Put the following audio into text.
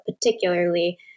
particularly